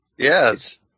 Yes